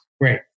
Great